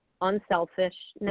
unselfishness